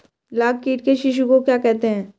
लाख कीट के शिशु को क्या कहते हैं?